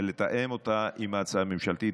ולתאם אותה עם ההצעה הממשלתית.